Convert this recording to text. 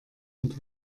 und